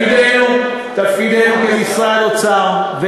תפקידנו כמשרד האוצר, מה המסקנה?